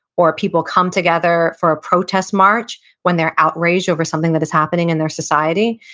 or people come together for a protest march when they're outraged over something that is happening in their society,